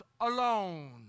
alone